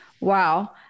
Wow